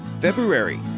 February